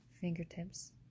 fingertips